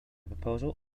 proposal